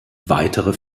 weitere